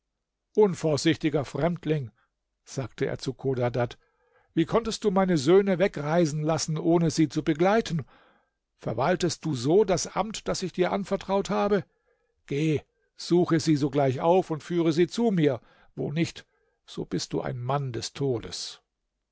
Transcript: unvorsichtiger fremdling sagte er zu chodadad wie konntest du meine söhne wegreisen lassen ohne sie zu begleiten verwaltest du so das amt das ich dir anvertraut habe geh suche sie sogleich auf und führe sie zu mir wo nicht so bist du ein mann des todes